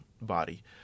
body